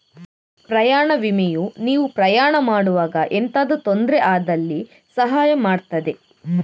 ಪ್ರಯಾಣ ವಿಮೆಯು ನೀವು ಪ್ರಯಾಣ ಮಾಡುವಾಗ ಎಂತಾದ್ರೂ ತೊಂದ್ರೆ ಆದಲ್ಲಿ ಸಹಾಯ ಮಾಡ್ತದೆ